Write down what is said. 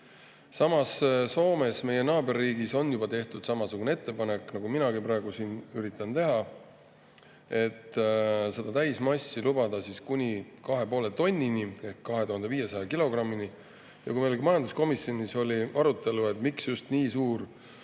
Samas, Soomes, meie naaberriigis, on juba tehtud samasugune ettepanek, nagu minagi praegu siin üritan teha, et [tõsta suurimat] lubatud täismassi kuni 2,5 tonnini ehk 2500 kilogrammini. Meil oli majanduskomisjonis arutelu, et miks just nii suur